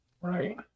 Right